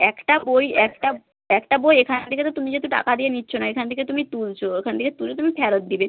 একটা বই একটা একটা বই এখান থেকে তো তুমি যেহেতু টাকা দিয়ে নিচ্ছ না এখান থেকে তুমি তুলছ এখান থেকে তুলে তুমি ফেরত দেবে